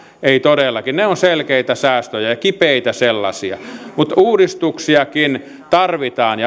ei todellakaan ne ovat selkeitä säästöjä ja kipeitä sellaisia mutta uudistuksiakin tarvitaan